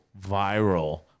viral